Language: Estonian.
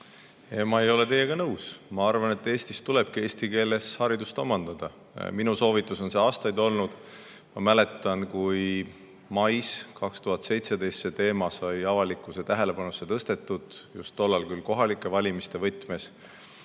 Ma ei ole teiega nõus. Ma arvan, et Eestis tulebki eesti keeles haridust omandada. Minu soovitus on see aastaid olnud. Ma mäletan, kui mais 2017 see teema sai avalikkuse tähelepanu alla tõstetud, tollal küll kohalike valimiste võtmes,